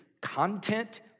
Content